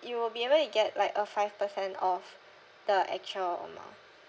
you will be able to get like a five percent off the actual amount